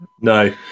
No